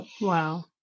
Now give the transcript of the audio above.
Wow